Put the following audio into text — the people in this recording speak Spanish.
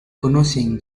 conocen